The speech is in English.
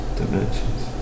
dimensions